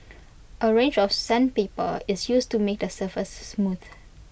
A range of sandpaper is used to make the surface smooth